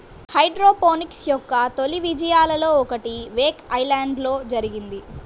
hydroponics యొక్క తొలి విజయాలలో ఒకటి వేక్ ఐలాండ్లో జరిగింది